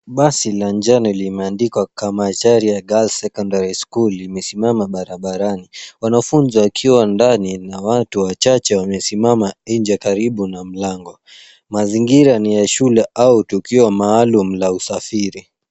Basi la njano limeandikwa Kamacharia Girls Secondary school limesimama barabarani wanafunzi wakiwa ndani na watu wachache wamesimama nje karibu na mlango. Mazingira ni ya shule au tukio maalum la usafiri.